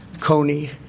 Coney